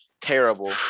terrible